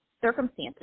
circumstances